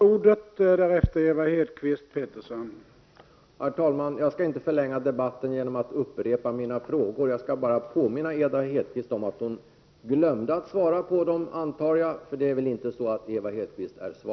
Herr talman! Jag skall inte förlänga debatten genom att upprepa mina frågor. Jag skall bara påminna Ewa Hedkvist Petersen om att hon glömde att svara på dem. Det är väl inte så att Ewa